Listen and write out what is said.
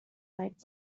light